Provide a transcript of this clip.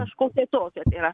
kažkokia tokią tai yra